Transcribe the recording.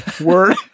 word